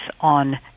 on